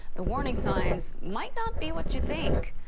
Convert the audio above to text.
the warning signs might not be what you think.